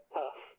tough